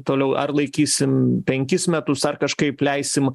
toliau ar laikysim penkis metus ar kažkaip leisim